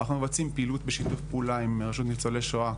אנחנו לא רוצים לראות שורדי שואה זקנים,